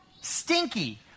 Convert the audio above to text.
Stinky